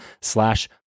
slash